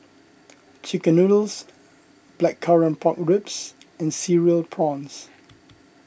Chicken Noodles Blackcurrant Pork Ribs and Cereal Prawns